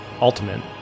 Ultimate